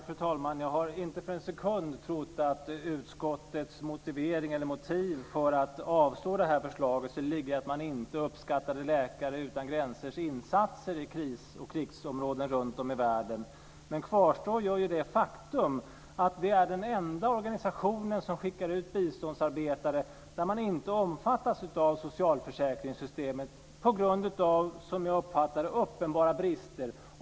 Fru talman! Jag har inte för en sekund trott att utskottets motiv för att avstyrka förslaget ligger i att man inte uppskattar insatserna från Läkare utan gränser i kris och krigsområden i världen. Men kvar står det faktum att det är den enda organisationen som skickar ut biståndsarbetare som inte omfattas av socialförsäkringssystemet på grund av, som jag uppfattar det, uppenbara brister.